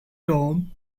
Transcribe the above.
tom